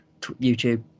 YouTube